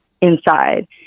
inside